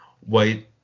white